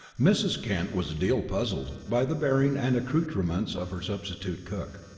mrs. kent was a deal puzzled by the bearing and accoutrements of her substitute cook.